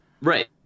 Right